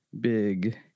big